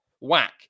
whack